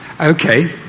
Okay